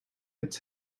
its